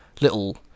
little